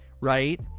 right